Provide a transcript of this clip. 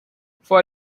for